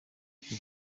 uko